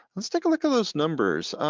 let's take a look at those numbers.